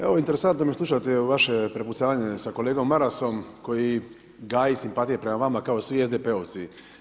Evo, interesantno mi je slušati vaše prepucavanje sa kolegom Marasom koji gaji simpatije prema vama kao svi SDP-ovci.